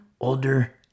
older